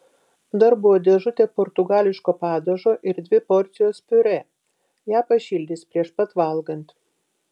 dar buvo dėžutė portugališko padažo ir dvi porcijos piurė ją pašildys prieš pat valgant